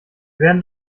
werden